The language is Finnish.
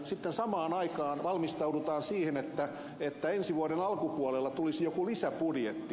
sitten samaan aikaan valmistaudutaan siihen että ensi vuoden alkupuolella tulisi joku lisäbudjetti